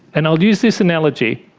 and i'll use this analogy,